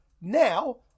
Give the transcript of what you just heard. Now